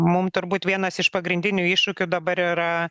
mum turbūt vienas iš pagrindinių iššūkių dabar yra